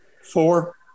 Four